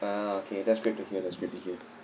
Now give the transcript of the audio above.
ah okay that's great to hear that's great to hear